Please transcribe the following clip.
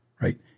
Right